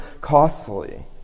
costly